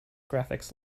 graphics